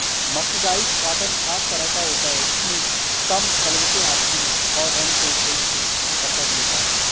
mercerised cotton खास तरह का होता है इसमें कम सलवटें आती हैं और रंग को सही से पकड़ लेता है